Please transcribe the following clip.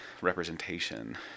representation